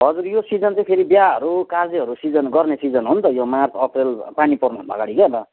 हजुर यो सिजन चाहिँ फेरि बिहाहरू कार्यहरू सिजन गर्ने सिजन हो नि त यो मार्च एप्रिल पानी पर्नुभन्दा अगाडि क्या त